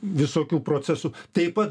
visokių procesų taip pat